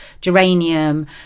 geranium